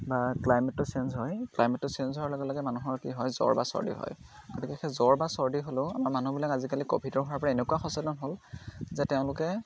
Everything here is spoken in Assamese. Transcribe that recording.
বা ক্লাইমেটটো চেইঞ্জ হয় ক্লাইমেটটো চেইঞ্জ হোৱাৰ লগে লগে মানুহৰ কি হয় জ্বৰ বা চৰ্দি হয় গতিকে সেই জ্বৰ বা চৰ্দি হ'লেও আমাৰ মানুহবিলাক আজিকালি ক'ভিডৰ হোৱাৰ পৰা এনেকুৱা সচেতন হ'ল যে তেওঁলোকে